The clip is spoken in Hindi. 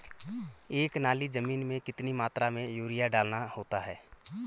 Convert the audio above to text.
एक नाली जमीन में कितनी मात्रा में यूरिया डालना होता है?